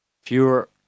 fewer